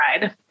ride